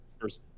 first